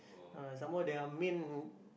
uh some more their main